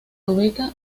ubica